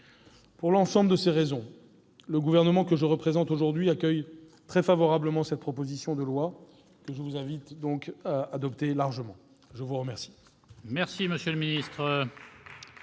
Pour l'ensemble de ces raisons, le Gouvernement, que je représente aujourd'hui, accueille très favorablement cette proposition de loi, que je vous invite donc à adopter très largement. La parole